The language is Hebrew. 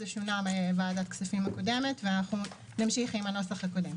זה שונה מוועדת הכספים הקודמת ואנחנו נמשיך עם הנוסח הקודם.